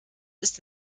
ist